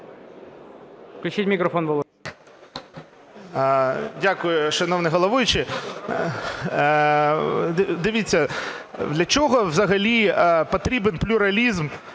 Дякую, шановний головуючий. Дивіться. Для чого взагалі потрібен плюралізм